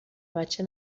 بچه